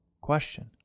question